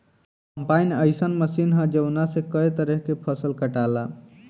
combine अइसन machine ह जवना से कए तरह के फसल कटाला